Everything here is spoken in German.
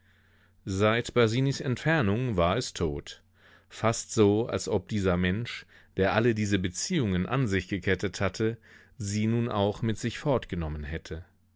seit basinis entfernung war es tot fast so als ob dieser mensch der alle diese beziehungen an sich gekettet hatte sie nun auch mit sich fortgenommen hätte